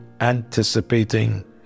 anticipating